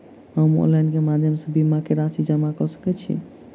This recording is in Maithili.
हम ऑनलाइन केँ माध्यम सँ बीमा केँ राशि जमा कऽ सकैत छी?